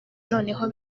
noneho